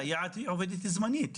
סייעת היא תמיד עובדת זמנית.